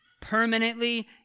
permanently